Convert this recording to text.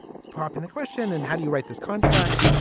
popping the question and how do you write this contract?